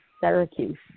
Syracuse